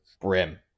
brim